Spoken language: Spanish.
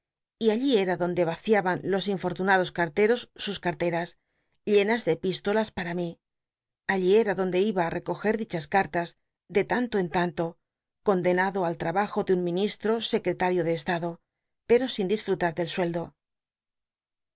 y lflí era donde vaciaban los infot'lunados carteros sus carteras llenas de epístolas pa ra mi allí cta donde iba i recorrer t'a dichas cmtas de tanto en tanto condenado al l bajo de un mini stro secrelaj'io de estado pero sin disfrutar del sueldo en